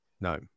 No